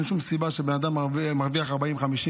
אין שום סיבה שבן אדם שמרוויח 40,000,